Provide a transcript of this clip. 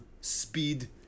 Speed